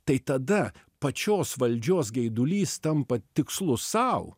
tai tada pačios valdžios geidulys tampa tikslu sau